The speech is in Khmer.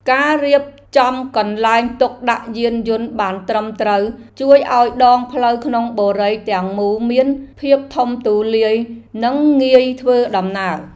ការរៀបចំកន្លែងទុកដាក់យានយន្តបានត្រឹមត្រូវជួយឱ្យដងផ្លូវក្នុងបុរីទាំងមូលមានភាពធំទូលាយនិងងាយធ្វើដំណើរ។